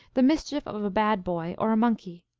the mischief of a bad boy or a monkey.